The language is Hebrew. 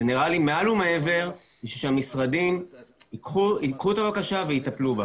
זה נראה לי מעל ומעבר כדי שהמשרדים ייקחו את הבקשה ויטפלו בה.